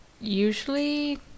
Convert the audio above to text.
Usually